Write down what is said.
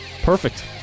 perfect